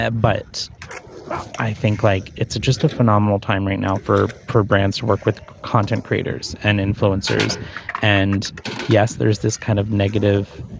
yeah but i think like it's just a phenomenal time right now for pro brands to work with content creators and influencers and yes there is this kind of negative.